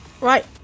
Right